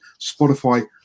Spotify